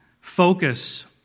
focus